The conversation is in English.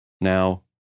now